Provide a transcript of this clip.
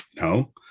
No